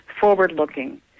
forward-looking